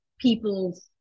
people's